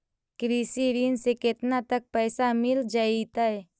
कृषि ऋण से केतना तक पैसा मिल जइतै?